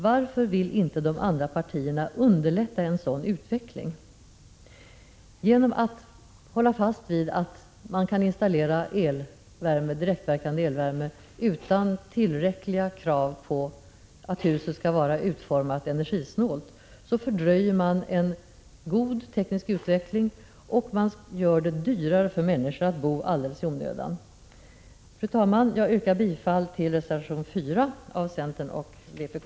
Varför vill inte de andra partierna underlätta en sådan utveckling? Genom att hålla fast vid att direktverkande elvärme kan installeras utan tillräckliga krav på att huset skall vara energisnålt utformat, fördröjer man en god teknisk utveckling och det blir — alldeles i onödan — dyrare för människor att bo. Fru talman! Jag yrkar bifall till reservation 4 av centern och vpk.